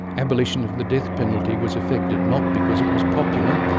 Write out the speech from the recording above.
abolition of the death penalty was effected not because it was popular,